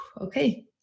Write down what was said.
Okay